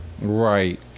Right